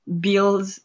build